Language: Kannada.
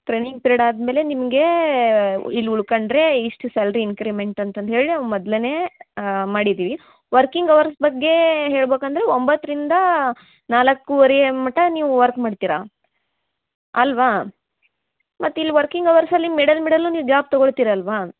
ಟ್ರೈನಿಂಗ್ ಪಿರಡ್ ಆದ್ಮೇಲೆ ನಿಮ್ಗೇ ಉ ಇಲ್ಲಿ ಉಳ್ಕಂಡರೆ ಇಷ್ಟು ಸ್ಯಾಲ್ರಿ ಇನ್ಕ್ರಿಮೆಂಟ್ ಅಂತಂದು ಹೇಳಿ ಅವ ಮೊದಲೇನೆ ಮಾಡಿದ್ದೀವಿ ವರ್ಕಿಂಗ್ ಅವರ್ಸ್ ಬಗ್ಗೆ ಹೇಳ್ಬಕಂದರೆ ಒಂಬತ್ತರಿಂದ ನಾಲಕ್ಕುವರಿಯ ಮಟ್ಟ ನೀವು ವರ್ಕ್ ಮಾಡ್ತೀರ ಅಲ್ಲವಾ ಮತ್ತು ಇಲ್ಲಿ ವರ್ಕಿಂಗ್ ಅವರ್ಸಲ್ಲಿ ಮಿಡಲ್ ಮಿಡಲ್ಲು ನೀವು ಗ್ಯಾಪ್ ತಗೊಳ್ತಿರಲ್ಲವಾ